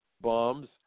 bombs